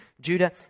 Judah